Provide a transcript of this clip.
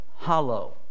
hollow